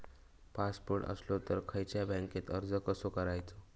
Passport असलो तर खयच्या बँकेत अर्ज कसो करायचो?